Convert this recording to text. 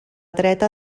dreta